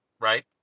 Right